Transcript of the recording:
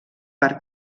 per